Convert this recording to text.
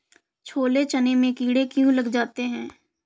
छोले चने में कीड़े क्यो लग जाते हैं?